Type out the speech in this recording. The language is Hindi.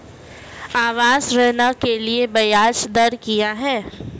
आवास ऋण के लिए ब्याज दर क्या हैं?